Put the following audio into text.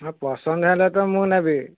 ହଁ ପସନ୍ଦ ହେଲେ ତ ମୁଁ ନେବି